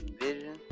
vision